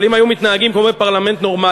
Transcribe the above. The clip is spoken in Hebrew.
אבל אם היו מתנהגים כמו בפרלמנט נורמלי,